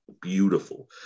beautiful